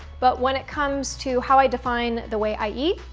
but, when it comes to how i define the way i eat,